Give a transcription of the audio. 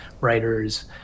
writers